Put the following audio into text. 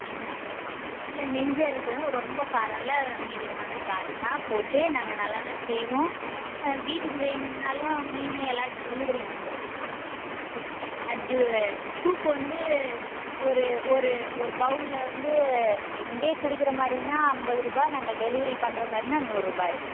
ஆமாம் இல்லை நெஞ்சு எரிச்சலும் ரொம்ப காரம் இல்லை மீடியமான காரோம்தான் போட்டு நாங்கள் நல்லா தான் செய்வோம் வீட்டுக்கு வேணுன்னாலும் மீன் எல்லாம் டெலிவரி பண்ணுறோம் டே ஜூ சூப்பு வந்து ஒரு ஒரு ஒர் பவுலில் வந்து இங்கேயே குடிக்கிற மாதிரினா ஐம்பதுருபா நாங்கள் டெலிவரி பண்ணுறமேரினா நூறுரூபா ஆயிடும்